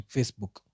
Facebook